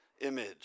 image